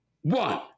one